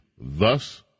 thus